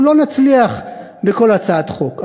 אנחנו לא נצליח בכל הצעת חוק,